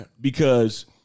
because-